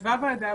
ישבה ועדה,